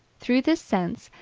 through this sense,